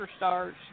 superstars